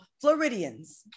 Floridians